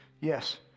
yes